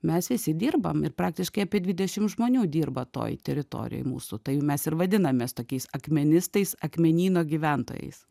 mes visi dirbam ir praktiškai apie dvidešim žmonių dirba toj teritorijoj mūsų tai mes ir vadinamės tokiais akmenistais akmenyno gyventojais